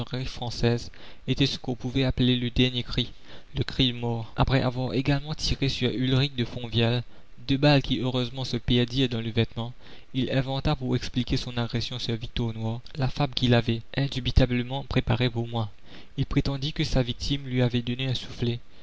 était ce qu'on pouvait appeler le dernier cri le cri de mort après avoir également tiré sur ulrich de fonvielle deux balles qui heureusement se perdirent dans le vêtement il inventa pour expliquer son agression sur victor noir la fable qu'il avait indubitablement préparée pour moi il prétendit que sa victime lui avait donné un soufflet